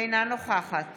אינה נוכחת